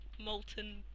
molten